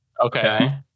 Okay